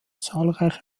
zahlreiche